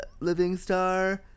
Livingstar